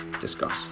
Discuss